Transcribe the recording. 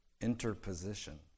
Interposition